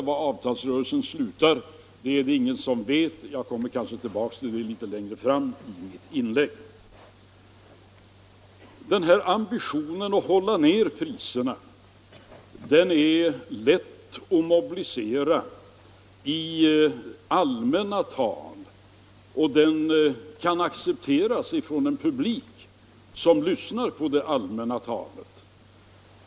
Var avtalsrörelsen slutar är det ingen som vet. Jag kommer kanske tillbaka till detta lite senare i mitt inlägg. Det är lätt att i allmänt tal mobilisera en ambition att hålla nere priserna, och en sådan ambition kan accepteras av en publik som lyssnar till det allmänna talet.